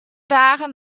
dagen